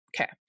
Okay